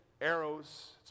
arrows